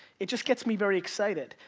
it just gets me very excited.